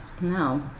No